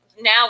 now